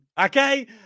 okay